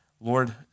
Lord